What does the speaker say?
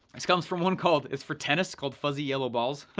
this comes from one called, it's for tennis, called fuzzy yellow balls.